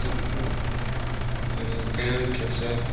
सबको अनि क्यारोल खेल्छ